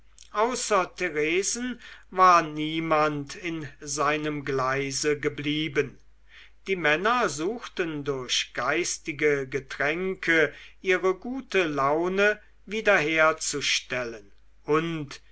außer theresen war niemand in seinem gleise geblieben die männer suchten durch geistige getränke ihre gute laune wiederherzustellen und